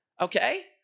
Okay